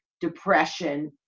depression